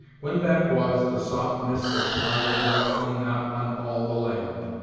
when that was, the soft mist of my regret hung not on all the land,